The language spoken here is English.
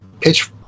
pitch